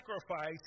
sacrifice